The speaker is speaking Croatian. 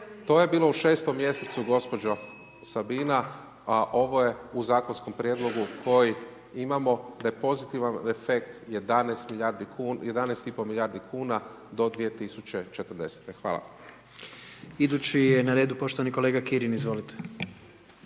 To je bilo u 6 mjesecu gospođo Sabina, a ovo je u zakonskom prijedlogu koji imamo da je pozitivan efekt 11 i pol milijardi kuna do 2040. Hvala. **Jandroković, Gordan (HDZ)** Idući je na redu poštovani kolega Kirin, izvolite.